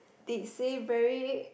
they say very